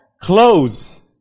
Clothes